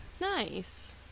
Nice